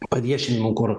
paviešinimu kur